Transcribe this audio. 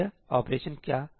तो यह ऑपरेशन क्या है